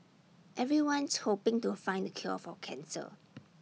everyone's hoping to find the cure for cancer